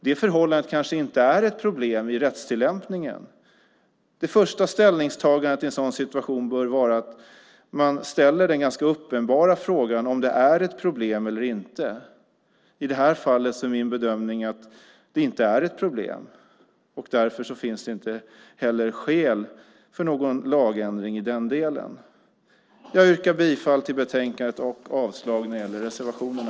Det förhållandet kanske inte är något problem i rättstillämpningen. Det första ställningstagandet i en sådan situation bör vara att man ställer den ganska uppenbara frågan om det är ett problem eller inte. I det här fallet är min bedömning att det inte är ett problem, och därför finns heller inte skäl för någon lagändring i den delen. Jag yrkar bifall till utskottets förslag och avslag på reservationerna.